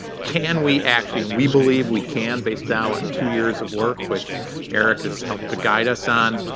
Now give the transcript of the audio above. can we actually and we believe we can, based, now, on two years of work which eric has helped to guide us on.